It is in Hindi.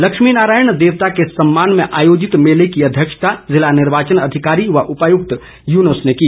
लक्ष्मी नारायण देवता के सम्मान में आयोजित मेले की अध्यक्षता जिला निर्वाचन अधिकारी व उपायुक्त यूनुस ने की